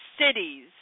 cities